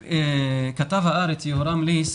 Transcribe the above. כתב הארץ, יהורם ליס,